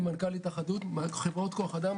מנכ"ל התאחדות כוח אדם,